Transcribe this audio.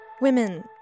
Women